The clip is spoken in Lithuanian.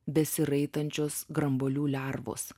besiraitančios grambuolių lervos